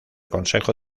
consejo